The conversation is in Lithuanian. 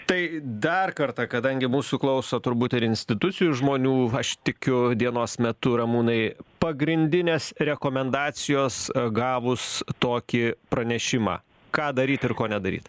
tai dar kartą kadangi mūsų klauso turbūt ir institucijų žmonių aš tikiu dienos metu ramūnai pagrindinės rekomendacijos gavus tokį pranešimą ką daryt ir ko nedaryt